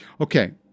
Okay